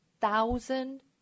thousand